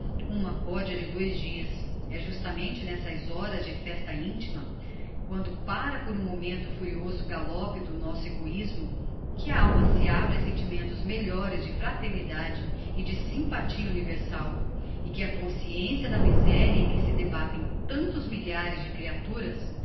uma codea de dois dias é justamente n'estas horas de festa intima quando pára por um momento o furioso galope do nosso egoismo que a alma se abre a sentimentos melhores de fraternidade e de sympathia universal e que a consciencia da miseria em que se debatem tantos milhares de creaturas